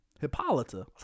hippolyta